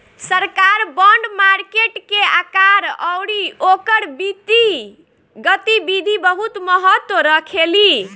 सरकार bond market के आकार अउरी ओकर वित्तीय गतिविधि बहुत महत्व रखेली